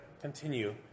continue